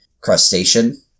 crustacean